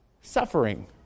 suffering